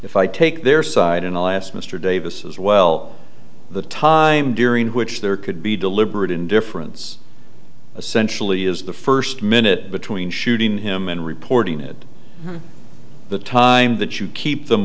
if i take their side and i'll ask mr davis as well the time during which there could be deliberate indifference essentially is the first minute between shooting him and reporting at the time that you keep them